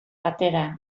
batera